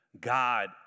God